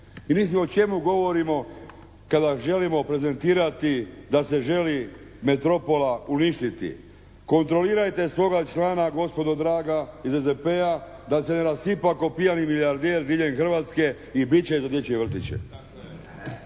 I mislim o čemu govorimo kada želimo prezentirati da se želi metropola uništiti. Kontrolirajte svoga člana gospodo draga iz SDP-a da se ne rasipa kao pijani milijarder diljem Hrvatske i bit će za dječje vrtiće.